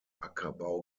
ackerbau